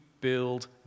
build